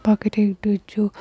প্ৰাকৃতিক দুৰ্যোগ